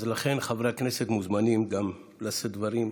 לכן חברי הכנסת מוזמנים גם לשאת דברים.